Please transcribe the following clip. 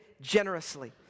generously